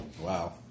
Wow